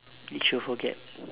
which you forget